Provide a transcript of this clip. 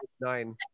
nine